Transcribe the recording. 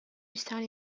sunday